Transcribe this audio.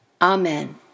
Amen